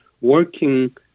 working